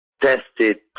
tested